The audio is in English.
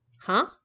Huh